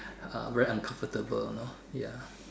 very uncomfortable you know ya